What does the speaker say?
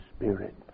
spirit